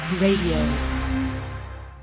radio